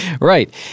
right